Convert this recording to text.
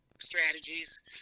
strategies